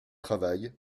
travail